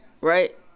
right